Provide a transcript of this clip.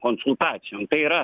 konsultacijom tai yra